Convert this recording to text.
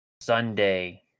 Sunday